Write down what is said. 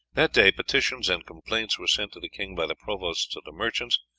that day petitions and complaints were sent to the king by the provosts of the merchants,